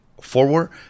forward